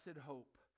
hope